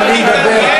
מה לעשות, אני רוצה לדעת.